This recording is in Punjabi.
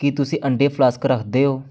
ਕੀ ਤੁਸੀਂ ਅੰਡੇ ਫਲਾਸਕ ਰੱਖਦੇ ਹੋ